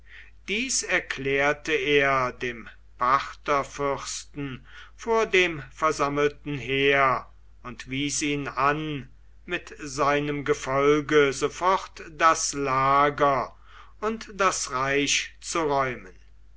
dies erklärte er dem partherfürsten vor dem versammelten heer und wies ihn an mit seinem gefolge sofort das lager und das reich zu räumen